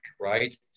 right